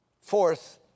Fourth